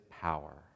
power